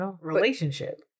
relationship